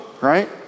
right